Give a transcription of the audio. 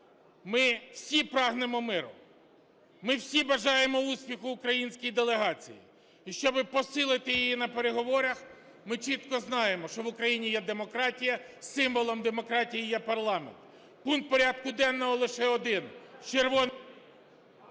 Ми всі прагнемо миру. Ми всі бажаємо успіху українській делегації. І щоб посилити її на переговорах, ми чітко знаємо, що в Україні є демократія, символом демократії є парламент. Пункт порядку денного лише один…